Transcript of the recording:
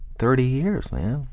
thirty years, man.